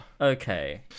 Okay